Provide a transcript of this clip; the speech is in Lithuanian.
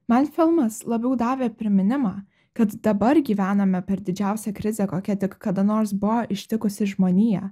man filmas labiau davė priminimą kad dabar gyvename per didžiausią krizę kokia tik kada nors buvo ištikusi žmoniją